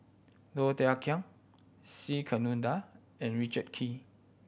Low Thia Khiang C Kunalan and Richard Kee